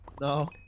No